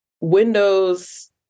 windows